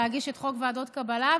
להגיש את חוק ועדת קבלה,